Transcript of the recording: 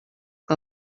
que